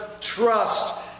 trust